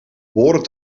behoren